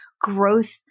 growth